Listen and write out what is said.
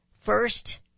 first